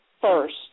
first